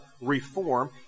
reform